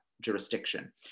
jurisdiction